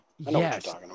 yes